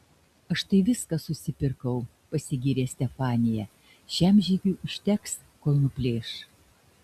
aš tai viską susipirkau pasigyrė stefanija šiam žygiui užteks kol nuplėš